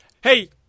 Hey